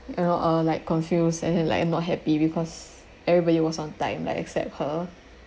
you know uh like confused and then like I'm not happy because everybody was on time like except her